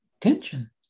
tension